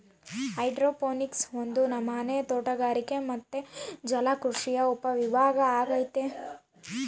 hydroponics ಒಂದು ನಮನೆ ತೋಟಗಾರಿಕೆ ಮತ್ತೆ ಜಲಕೃಷಿಯ ಉಪವಿಭಾಗ ಅಗೈತೆ